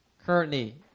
currently